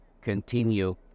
continue